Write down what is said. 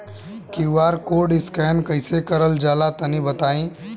QR code scan कैसे क़रल जला तनि बताई?